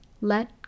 Let